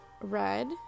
red